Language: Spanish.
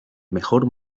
mejor